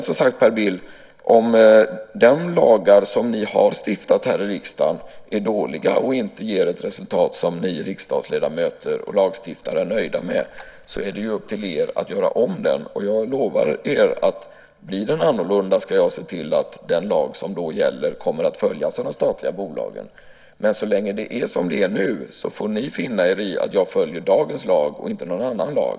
Som sagt, Per Bill, om de lagar som ni har stiftat här i riksdagen är dåliga och inte ger ett resultat som ni riksdagsledamöter och lagstiftare är nöjda med är det upp till er att göra om den. Jag lovar er att blir den annorlunda ska jag se till att den lag som då gäller kommer att följas av de statliga bolagen. Men så länge det är som det är nu får ni finna er i att jag följer dagens lag och inte någon annan lag.